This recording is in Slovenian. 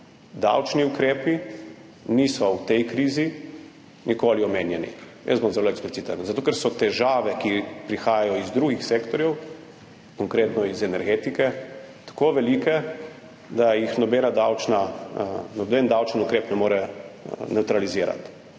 Davčni ukrepi v tej krizi niso nikoli omenjeni – jaz bom zelo ekspliciten –, zato ker so težave, ki prihajajo iz drugih sektorjev, konkretno iz energetike, tako velike, da jih noben davčni ukrep ne more nevtralizirati.